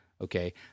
Okay